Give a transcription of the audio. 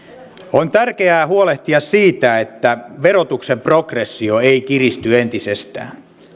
on tärkeää huolehtia siitä että verotuksen progressio ei kiristy entisestään